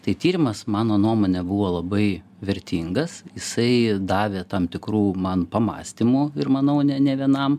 tai tyrimas mano nuomone buvo labai vertingas jisai davė tam tikrų man pamąstymų ir manau ne ne vienam